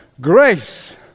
Grace